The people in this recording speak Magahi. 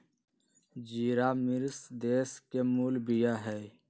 ज़िरा मिश्र देश के मूल बिया हइ